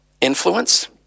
influence